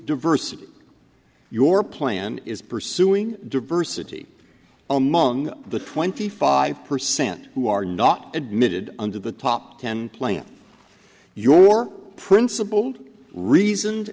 diversity your plan is pursuing diversity among the twenty five percent who are not admitted under the top ten plan your principal reasoned